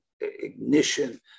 ignition